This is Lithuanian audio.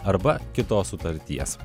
arba kitos sutarties